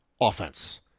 offense